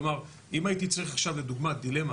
כלומר, אם הייתי צריך עכשיו לדוגמה, דילמה